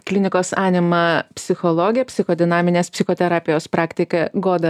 klinikos anima psichologė psichodinaminės psichoterapijos praktikė goda